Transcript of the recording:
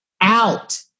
out